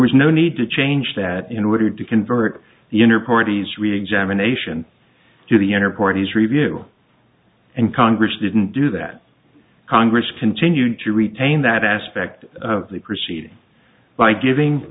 was no need to change that in order to convert the inner party's reexamination to the airport is review and congress didn't do that congress continued to retain that aspect of the proceeding by giving